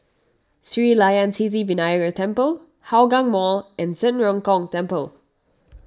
Sri Layan Sithi Vinayagar Temple Hougang Mall and Zhen Ren Gong Temple